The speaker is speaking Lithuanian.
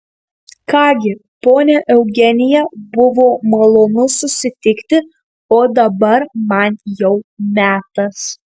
ką gi ponia eugenija buvo malonu susitikti o dabar man jau metas